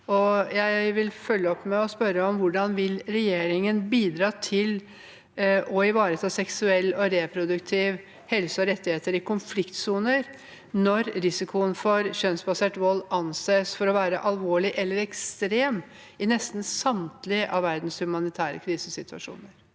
Jeg vil følge opp med å spørre: Hvordan vil regjeringen bidra til å ivareta seksuell og reproduktiv helse og seksuelle og reproduktive rettigheter i konfliktsoner, når risikoen for kjønnsbasert vold anses for å være alvorlig eller ekstrem i nesten samtlige av verdens humanitære krisesituasjoner?